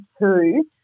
two